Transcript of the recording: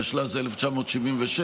התשל"ז 1977,